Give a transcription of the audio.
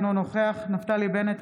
אינו נוכח נפתלי בנט,